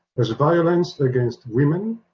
as violence against women,